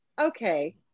okay